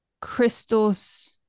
crystals